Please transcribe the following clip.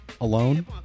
alone